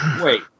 wait